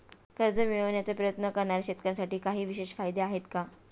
कर्ज मिळवण्याचा प्रयत्न करणाऱ्या शेतकऱ्यांसाठी काही विशेष फायदे आहेत का?